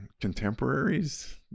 contemporaries